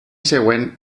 següent